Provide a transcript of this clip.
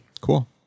Cool